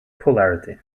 polarity